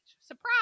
Surprise